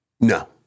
No